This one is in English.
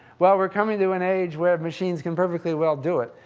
well, we're coming to an age where machines could perfectly well do it,